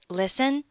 listen